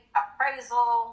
appraisal